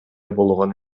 болгон